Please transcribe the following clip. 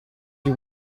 you